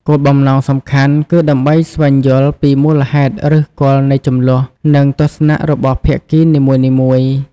គោលបំណងសំខាន់គឺដើម្បីស្វែងយល់ពីមូលហេតុឫសគល់នៃជម្លោះ និងទស្សនៈរបស់ភាគីនីមួយៗ។